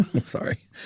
Sorry